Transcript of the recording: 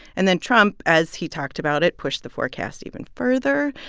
and then trump, as he talked about it, pushed the forecast even further.